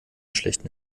schlechten